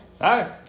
Hi